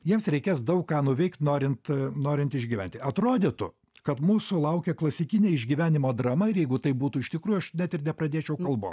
jiems reikės daug ką nuveikt norint norint išgyventi atrodytų kad mūsų laukia klasikinė išgyvenimo drama ir jeigu taip būtų iš tikrųjų aš net ir nepradėčiau kalbo